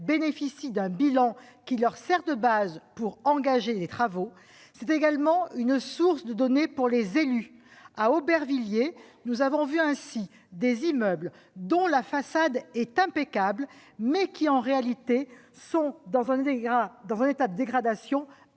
bénéficient d'un bilan qui leur sert de base pour engager des travaux. Il s'agit également d'une source de données pour les élus. À Aubervilliers, nous avons vu des immeubles dont la façade est impeccable, mais dont l'intérieur est, en réalité, dans un état de dégradation avancée.